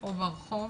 או ברחוב,